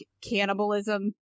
cannibalism